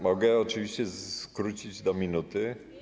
Mogę oczywiście skrócić do minuty.